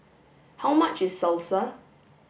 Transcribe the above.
how much is salsa